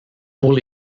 pour